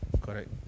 Correct